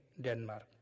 Denmark